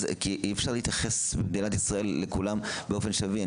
אי אפשר להתייחס במדינת ישראל לכולם באופן שווה.